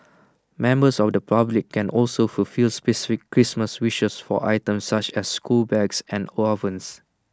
members of the public can also fulfil specific Christmas wishes for items such as school bags and ovens